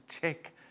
check